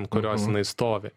ant kurios jinai stovi